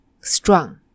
strong